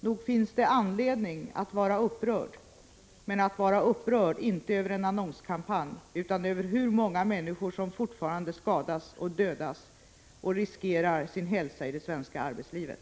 Nog finns det anledning att vara upprörd — men inte över en annonskampanj utan över hur många människor som fortfarande skadas och dödas och riskerar sin hälsa i det svenska arbetslivet.